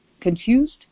confused